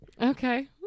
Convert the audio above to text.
Okay